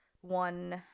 one